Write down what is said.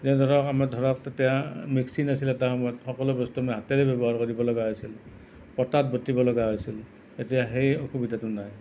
এতিয়া ধৰক আমাৰ ধৰক তেতিয়া মিক্সি নাছিলে এটা সময়ত সকলো বস্তু মই হাতেৰে ব্যৱহাৰ কৰিব লগা হৈছিল পটাত বটিব লগা হৈছিল এতিয়া সেই অসুবিধাটো নাই